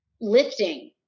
lifting